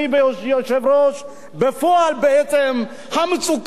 בפועל בעצם המצוקה נשארת אותה מצוקה.